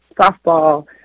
softball